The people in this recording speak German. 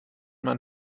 man